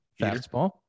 Fastball